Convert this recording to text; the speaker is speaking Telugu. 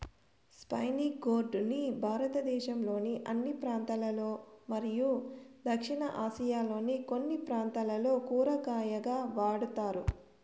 స్పైనీ గోర్డ్ ని భారతదేశంలోని అన్ని ప్రాంతాలలో మరియు దక్షిణ ఆసియాలోని కొన్ని ప్రాంతాలలో కూరగాయగా వాడుతారు